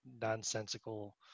nonsensical